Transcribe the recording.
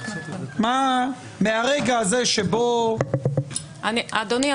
מהרגע הזה שבו --- אדוני,